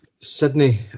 Sydney